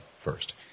first